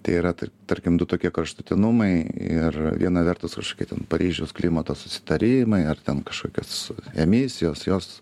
tai yra tarkim du tokie kraštutinumai ir viena vertus kažkokie ten paryžiaus klimato susitarimai ar ten kažkokios emisijos jos